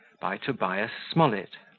by tobias smollett